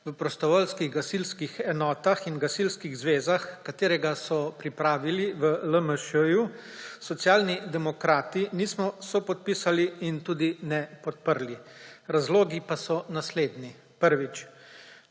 v prostovoljskih gasilskih enotah in gasilskih zvezah, katerega so pripravili v LMŠ, Socialni demokrati nismo sopodpisali in tudi ne podprli. Razlogi pa so naslednji. Prvič.